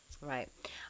Right